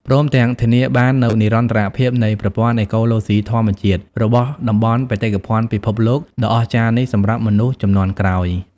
ព្រមទាំងធានាបាននូវនិរន្តរភាពនៃប្រព័ន្ធអេកូឡូស៊ីធម្មជាតិ របស់តំបន់បេតិកភណ្ឌពិភពលោកដ៏អស្ចារ្យនេះសម្រាប់មនុស្សជំនាន់ក្រោយ។